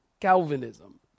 Calvinism